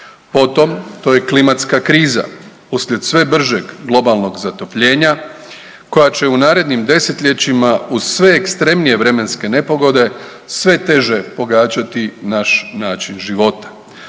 Potom, to je klimatska kriza uslijed sve bržeg globalnog zatopljenja koja će u narednim desetljećima uz sve ekstremnije vremenske nepogode sve teže pogađati naš način života.